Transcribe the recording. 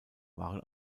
waren